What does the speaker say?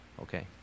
Okay